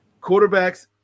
Quarterbacks